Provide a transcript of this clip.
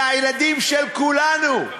זה הילדים של כולנו,